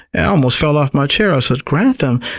i almost fell off my chair. i said, grantham?